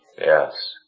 Yes